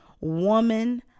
woman